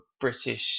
British